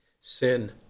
sin